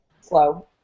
slow